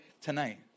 tonight